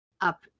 up